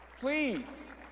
Please